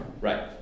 Right